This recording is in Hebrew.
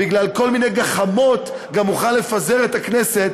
בגלל כל מיני גחמות הוא גם מוכן לפזר את הכנסת,